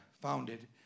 founded